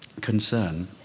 concern